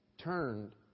turned